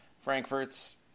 Frankfurt's